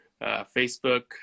Facebook